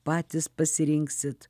patys pasirinksit